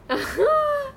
(uh huh)